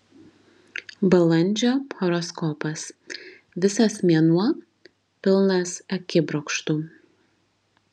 balandžio horoskopas visas mėnuo pilnas akibrokštų